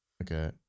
Okay